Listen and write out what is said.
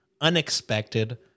unexpected